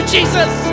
Jesus